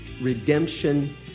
redemption